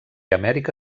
amèrica